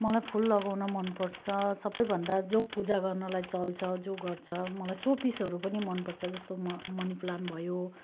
मलाई फुल लगाउन मन पर्छ सबैभन्दा जो पूजा गर्नलाई चल्छ जो गर्छ मलाई सो पिसहरू पनि मन पर्छ जस्तो म मनी प्लान्ट भयो